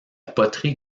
poterie